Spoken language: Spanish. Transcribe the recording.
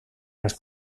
las